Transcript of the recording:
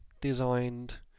designed